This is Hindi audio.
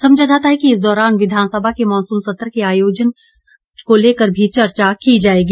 समझा जाता है कि इस दौरान विधानसभा के मॉनसून सत्र के आयोजन को लेकर भी चर्चा की जाएगी